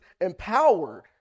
empowered